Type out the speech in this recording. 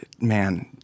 Man